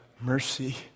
mercy